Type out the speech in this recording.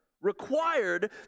required